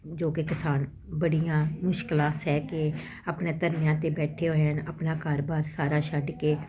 ਜੋ ਕਿ ਕਿਸਾਨ ਬੜੀਆਂ ਮੁਸ਼ਕਿਲਾ ਸਹਿ ਕੇ ਆਪਣਾ ਧਰਨਿਆਂ ਤੇ ਬੈਠੇ ਹੋਏ ਹਨ ਆਪਣਾ ਘਰ ਬਾਰ ਸਾਰਾ ਛੱਡ ਕੇ